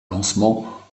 lancement